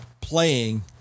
playing